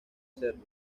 serlo